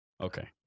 Okay